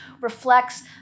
reflects